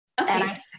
Okay